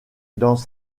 dans